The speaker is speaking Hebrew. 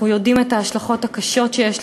אנחנו יודעים את ההשלכות הקשות שיש לפגיעה,